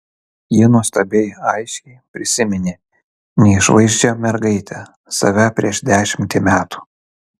ji nuostabiai aiškiai prisiminė neišvaizdžią mergaitę save prieš dešimtį metų